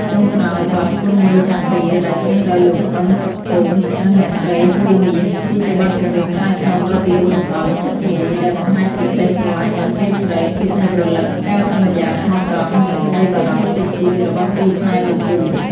ចុងក្រោយ បទ គន់មើលចន្ទ្រា ដែលច្រៀងដោយលោក អ៊ឹម សុងសឺម និងអ្នកស្រី ហួយ មាស គឺជាបទចម្រៀងឆ្លើយឆ្លងដ៏ពីរោះរណ្តំចិត្តមួយ ដែលបង្ហាញពី ក្តីស្រឡាញ់ដ៏ជ្រាលជ្រៅ ភាពនឹករលឹក ការសន្យាស្មោះត្រង់ និងក្តីបារម្ភតិចតួច របស់គូស្នេហ៍មួយគូ។